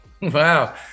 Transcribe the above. Wow